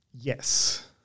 Yes